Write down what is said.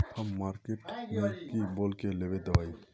हम मार्किट में की बोल के लेबे दवाई?